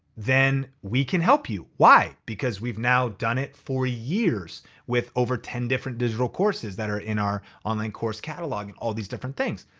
then we can help you. why? because we've now done it for years with over ten different digital courses that are in our online course catalog and all these different things.